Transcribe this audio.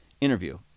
interview